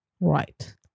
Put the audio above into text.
right